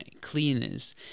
cleaners